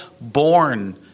born